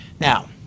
Now